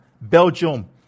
Belgium